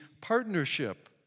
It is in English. partnership